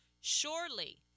Surely